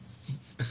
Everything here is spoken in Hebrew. זה.